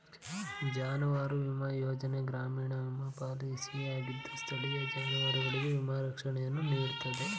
ಜಾನುವಾರು ವಿಮಾ ಯೋಜನೆ ಗ್ರಾಮೀಣ ವಿಮಾ ಪಾಲಿಸಿಯಾಗಿದ್ದು ಸ್ಥಳೀಯ ಜಾನುವಾರುಗಳಿಗೆ ವಿಮಾ ರಕ್ಷಣೆಯನ್ನು ನೀಡ್ತದೆ